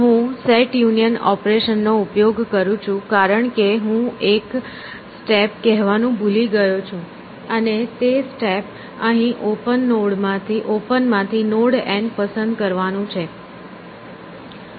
હું set union operation નો ઉપયોગ કરું છું કારણ કે હું એક સ્ટેપ કહેવાનું ભૂલી ગયો છું અને તે સ્ટેપ અહીં ઓપન માંથી નોડ N પસંદ કરવાનું છે